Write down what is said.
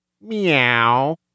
meow